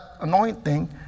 anointing